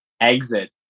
exit